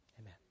Amen